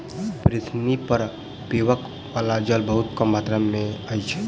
पृथ्वी पर पीबअ बला जल बहुत कम मात्रा में अछि